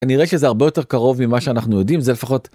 כנאה שזה הרבה יותר קרוב ממה שאנחנו יודעים, זה לפחות...